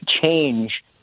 change